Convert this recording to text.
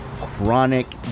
Chronic